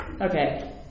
Okay